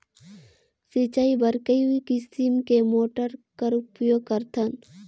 सिंचाई बर कई किसम के मोटर कर उपयोग करथन?